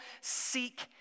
seek